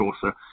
Chaucer